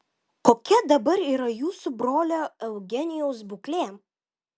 kokia dabar yra jūsų brolio eugenijaus būklė